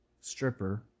stripper